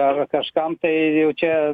ar kažkam tai jau čia